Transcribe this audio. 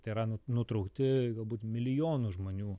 tai yra nu nutraukti galbūt milijonų žmonių